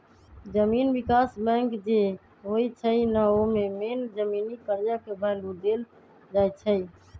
जमीन विकास बैंक जे होई छई न ओमे मेन जमीनी कर्जा के भैलु देल जाई छई